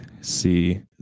see